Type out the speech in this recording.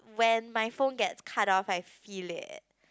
when my phone get cut off I feel it